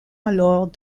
alors